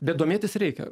bet domėtis reikia